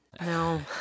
no